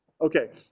okay